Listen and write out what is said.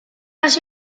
las